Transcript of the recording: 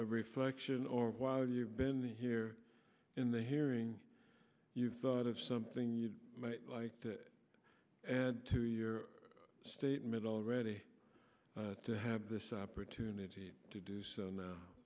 reflection or while you've been here in the hearing you thought of something you might like to add to your statement already to have this opportunity to do so